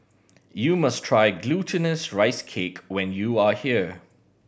you must try Glutinous Rice Cake when you are here